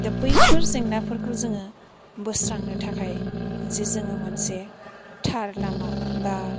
दा बैफोर जेंनाफोरखौ जोङो बोस्रांनो थाखाय जे जोङो मोनसे थार लामा बा